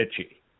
Itchy